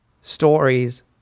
stories